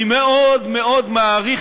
אני מאוד מאוד מעריך,